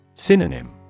Synonym